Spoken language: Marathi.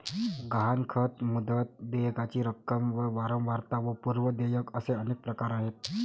गहाणखत, मुदत, देयकाची रक्कम व वारंवारता व पूर्व देयक असे अनेक प्रकार आहेत